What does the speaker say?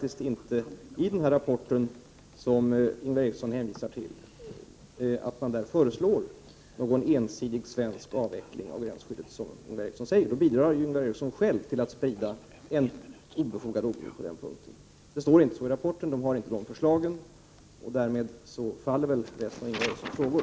I den rapport som han hänvisar till föreslås inte någon ensidig svensk avveckling av gränsskyddet. Därmed faller Ingvar Erikssons frågor.